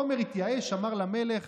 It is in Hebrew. הכומר התייאש, אמר למלך: